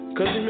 Cause